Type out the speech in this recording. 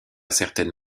certaines